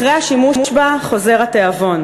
אחרי השימוש בה חוזר התיאבון,